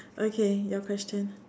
okay your question